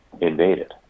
invaded